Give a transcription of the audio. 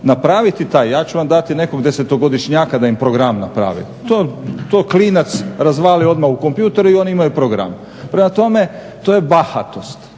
napraviti taj, ja ću vam dati nekog 10-godišnjaka da im program napravi. To klinac razvali odmah u kompjutoru i oni imaju program. Prema tome, to je bahatost.